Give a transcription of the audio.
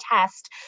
test